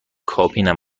کابینم